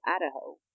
Idaho